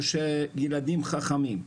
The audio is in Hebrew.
או ילדים חכמים.